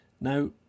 Now